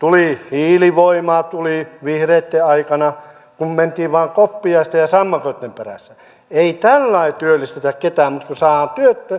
hiilivoimaa tuli vihreitten aikana kun mentiin vain koppiaisten ja sammakoitten perässä ei tällä tavoin työllistetä ketään mutta kun saadaan